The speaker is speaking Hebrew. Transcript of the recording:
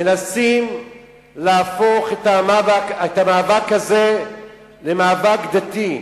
מנסים להפוך את המאבק הזה למאבק דתי.